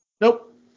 Nope